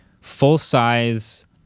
full-size